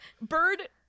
Bird